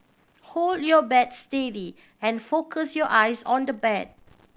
hold your bat steady and focus your eyes on the bad